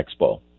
Expo